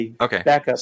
okay